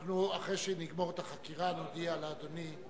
אחרי שנגמור את החקירה נודיע לאדוני,